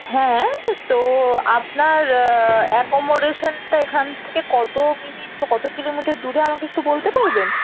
হ্যাঁ তো আপনার অ্যাকোমডেশনটা এখান থেকে কত মিনিট বা কত কিলোমিটার দূরে আমাকে একটু বলতে পারবেন